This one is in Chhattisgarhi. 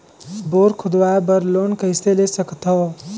बोर खोदवाय बर लोन कइसे ले सकथव?